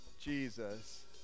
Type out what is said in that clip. Jesus